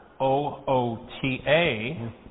O-O-T-A